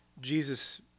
Jesus